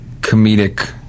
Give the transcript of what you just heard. comedic